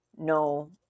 no